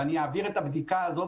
ואני אעביר את הבדיקה הזאת,